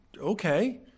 okay